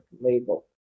label